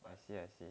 I see I see